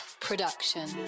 Production